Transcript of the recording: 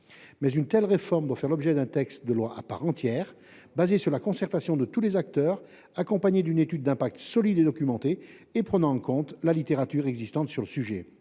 Mais une telle réforme doit faire l’objet d’un texte de loi à part entière, fondé sur la concertation de tous les acteurs, accompagné d’une étude d’impact solide et documentée, nourrie notamment de la littérature savante. À cet